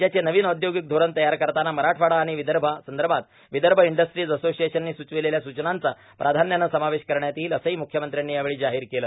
राज्याचे नवीन औद्योगिक धोरण तयार करताना मराठवाडा आर्गिण विदभा संदभात विदभ इंडस्ट्रीज अर्सोशिएशननी सूर्चावलेल्या सूचनांचा प्राधान्यानं समावेश करण्यात येईल असंहो मुख्यमंत्र्यांनी यावेळी जाहोर केलं